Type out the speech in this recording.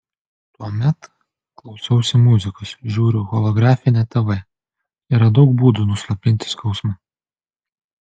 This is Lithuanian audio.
tuomet klausausi muzikos žiūriu holografinę tv yra daug būdų nuslopinti skausmą